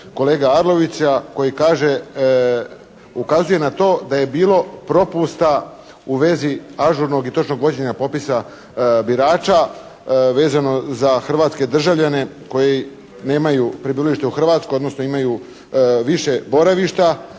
kolege Arlovića koji kaže, ukazuje na to da je bilo propusta u vezi ažurnog i točnog vođenja popisa birača vezano za hrvatske državljane koji nemaju prebivalište u Hrvatskoj, odnosno imaju više boravišta,